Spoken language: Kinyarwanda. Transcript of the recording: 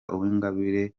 uwingabire